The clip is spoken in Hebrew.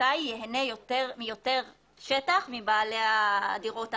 וולטאי ייהנה מיותר שטח מבעלי הדירות האחרים.